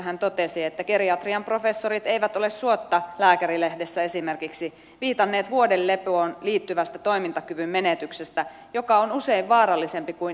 hän totesi että geriatrian professorit eivät ole suotta lääkärilehdessä esimerkiksi viitanneet vuodelepoon liittyvään toimintakyvyn menetykseen joka on usein vaarallisempi kuin itse perustauti